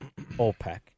OPEC